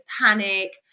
panic